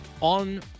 on